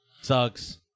Sucks